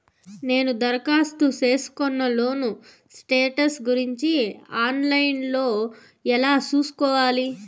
నేను దరఖాస్తు సేసుకున్న లోను స్టేటస్ గురించి ఆన్ లైను లో ఎలా సూసుకోవాలి?